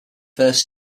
first